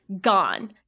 gone